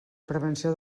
prevenció